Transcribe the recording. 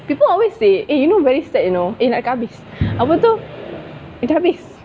people always say eh you know very sad you know eh nak kat habis eh apa tu kita habis